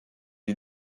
est